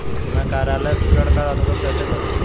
मैं कार्यालय से ऋण का अनुरोध कैसे करूँ?